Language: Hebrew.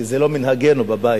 כי זה לא מנהגנו בבית.